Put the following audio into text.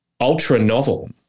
ultra-novel